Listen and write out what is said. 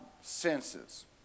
senses